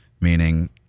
meaning